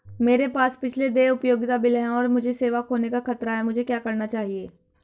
मेरे पास पिछले देय उपयोगिता बिल हैं और मुझे सेवा खोने का खतरा है मुझे क्या करना चाहिए?